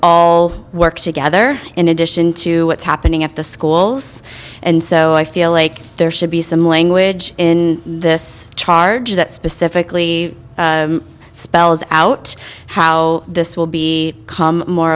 all work together in addition to what's happening at the schools and so i feel like there should be some language in this charge that specifically spells out how this will be more